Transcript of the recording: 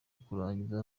kurangiza